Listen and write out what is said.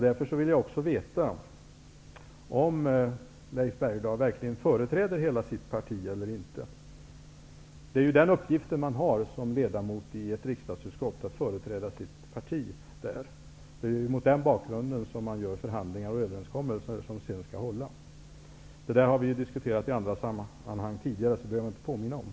Därför vill jag också veta om Leif Bergdahl verkligen företräder hela sitt parti eller inte. Den uppgift som man har som ledamot i ett riksdagsutskott är att företräda sitt parti där. Det är mot den bakgrunden som man för förhandlingar och träffar överenskommelser som sedan skall hålla. Detta har vi diskuterat i andra sammanhang tidigare, så det behöver jag inte påminna om.